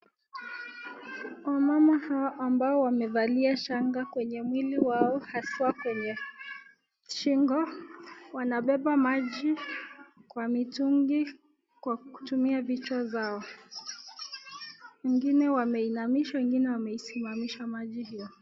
Wamama hawa ambao wamevalia shanga kwenye mwili wao haswa kwenye shingo ,wanabeba maji kwa mitungi kwa kutumia vichwa zao , wengine wameinamisha, wengine wameisimamisha maji hiyo.